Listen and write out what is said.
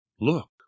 look